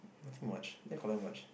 nothing much I didn't collect much